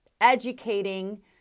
educating